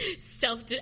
self